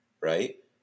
right